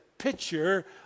picture